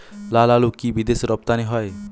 লালআলু কি বিদেশে রপ্তানি হয়?